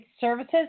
services